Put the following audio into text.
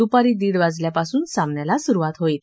दूपारी दीड वाजेपासून सामन्याला सुरूवात होईल